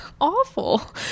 awful